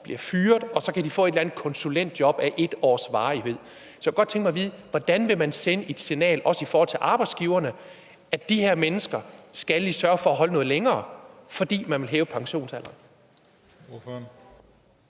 bliver fyret, og så kan de få et eller andet konsulentjob af 1 års varighed. Så jeg kunne godt tænke mig at vide: Hvordan vil man sende et signal, også til arbejdsgiverne, om, at de her mennesker skal I sørge for at beholde noget længere, fordi man vil hæve pensionsalderen?